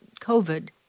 COVID